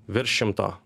virš šimto